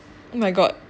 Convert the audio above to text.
oh my god